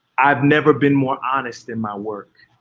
i've never been more honest in my work.